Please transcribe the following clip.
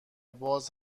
باز